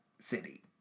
city